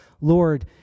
Lord